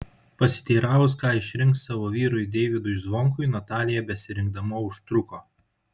pasiteiravus ką išrinks savo vyrui deivydui zvonkui natalija besirinkdama užtruko